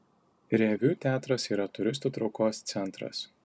reviu teatras yra turistų traukos centras